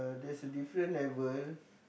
there's a different level